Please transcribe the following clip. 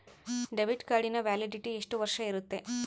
Debit ಕಾರ್ಡಿನ validity ಎಷ್ಟು ವರ್ಷ ಇರುತ್ತೆ?